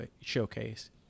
showcase